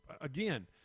again